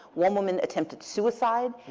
one woman attempted suicide.